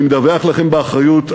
אני מדווח לכם באחריות,